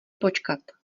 počkat